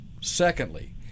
secondly